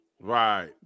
Right